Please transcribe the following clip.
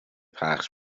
پخش